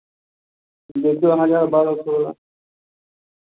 देखियौ हजार बारह सए